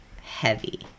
heavy